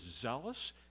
zealous